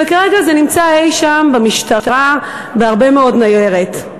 וכרגע זה נמצא אי-שם במשטרה בהרבה מאוד ניירת.